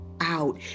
Out